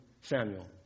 Samuel